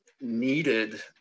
needed